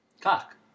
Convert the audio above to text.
Cock